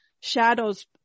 shadows